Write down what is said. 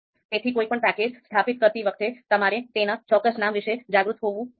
તેથી કોઈપણ પેકેજ સ્થાપિત કરતી વખતે તમારે તેના ચોક્કસ નામ વિશે જાગૃત હોવું જોઈએ